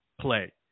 play